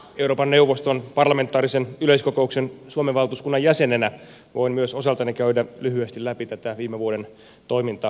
euroopan neuvoston parlamentaarisen yleiskokouksen suomen valtuuskunnan jäsenenä voin myös osaltani käydä lyhyesti läpi tätä viime vuoden toimintakertomusta